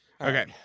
Okay